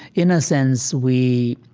in a sense we,